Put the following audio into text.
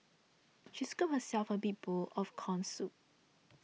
she scooped herself a big bowl of Corn Soup